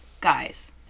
guys